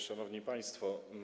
Szanowni Państwo!